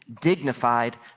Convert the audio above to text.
dignified